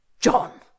John